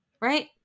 right